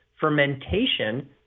fermentation